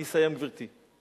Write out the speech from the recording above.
אני אסיים, גברתי.